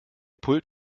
pult